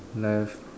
left